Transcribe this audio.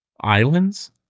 Islands